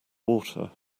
water